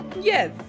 yes